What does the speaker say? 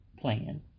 plan